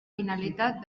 finalitat